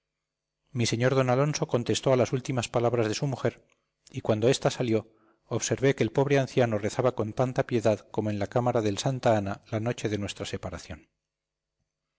mi señor d alonso contestó a las últimas palabras de su mujer y cuando ésta salió observé que el pobre anciano rezaba con tanta piedad como en la cámara del santa ana la noche de nuestra separación